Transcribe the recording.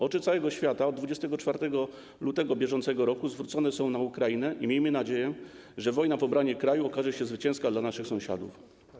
Oczy całego świata od 24 lutego br. zwrócone są na Ukrainę i miejmy nadzieję, że wojna w obronie kraju okaże się zwycięska dla naszych sąsiadów.